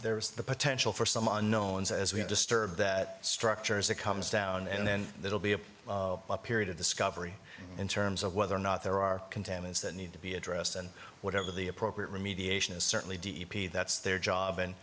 there's the potential for some unknown is as we have disturbed that structures it comes down and then there will be a period of discovery in terms of whether or not there are contaminants that need to be addressed and whatever the appropriate remediation is certainly d e p t that's their job and